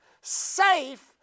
safe